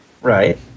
Right